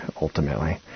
ultimately